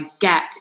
get